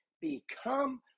become